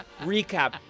recap